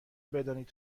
بدانید